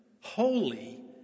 holy